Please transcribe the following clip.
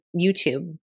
YouTube